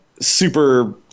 super